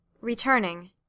Returning